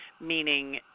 meaning